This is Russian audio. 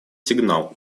сигнал